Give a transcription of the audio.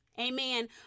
Amen